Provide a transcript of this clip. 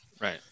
right